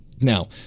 Now